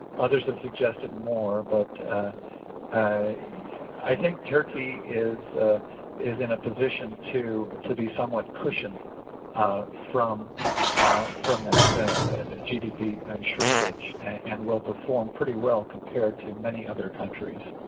others have suggested more but i think turkey is is in a position to to be somewhat cushioned from from that gdp shrinkage and will perform pretty well compared to many other countries.